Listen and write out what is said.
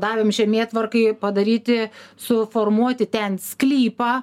davėm žemėtvarkai padaryti suformuoti ten sklypą